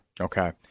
Okay